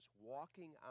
walking